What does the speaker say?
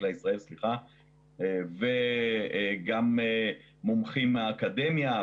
חקלאי ישראל וגם מומחים מהאקדמיה.